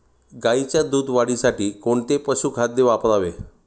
गाईच्या दूध वाढीसाठी कोणते पशुखाद्य वापरावे?